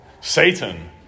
Satan